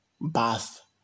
bath